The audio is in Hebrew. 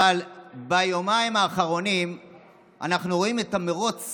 אבל ביומיים האחרונים אנחנו רואים את המרוץ